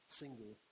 single